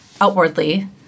outwardly